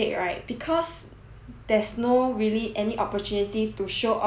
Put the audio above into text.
there's no really any opportunity to show off your lipstick to others mah